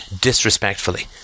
disrespectfully